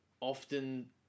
often